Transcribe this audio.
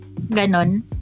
ganon